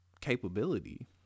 capability